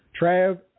Trav